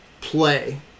play